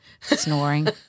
Snoring